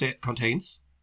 contains